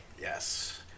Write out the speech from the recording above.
Yes